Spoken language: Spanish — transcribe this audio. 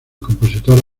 compositor